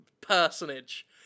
personage